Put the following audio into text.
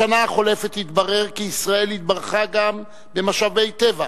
בשנה החולפת התברר כי ישראל התברכה גם במשאבי טבע,